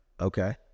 Okay